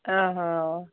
ଓହୋ